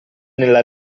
nella